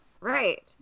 Right